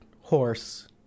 horse